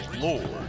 lord